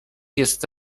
jest